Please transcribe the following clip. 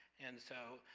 and so,